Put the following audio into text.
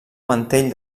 mantell